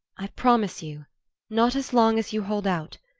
i promise you not as long as you hold out.